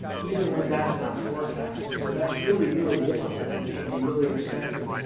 even when that's not forecast. and so, that's really really difficult and it can be really expensive.